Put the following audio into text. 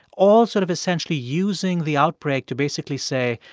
all sort of essentially using the outbreak to basically say,